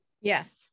Yes